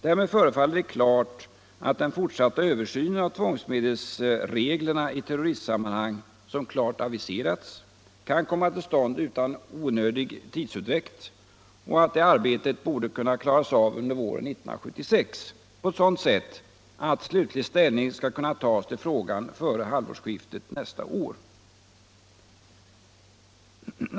Därmed förefaller det klart att den fortsatta översynen av tvångsmedelsreglerna i terroristsammanhang, som klart aviserats, kan komma till stånd utan onödig tidsutdräkt och att det arbetet borde kunna klaras av under våren 1976 på ett sådant sätt att slutlig ställning skall kunna tagas till frågan före halvårsskiftet nästa år.